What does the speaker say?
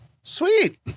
Sweet